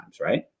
right